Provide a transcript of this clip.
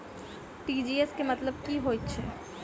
TGS केँ मतलब की हएत छै?